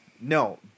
No